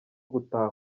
gutaha